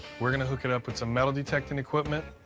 we're gonna hook it up with some metal-detecting equipment.